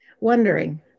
wondering